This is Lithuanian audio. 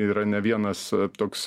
yra ne vienas toks